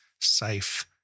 safe